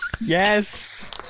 Yes